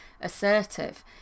assertive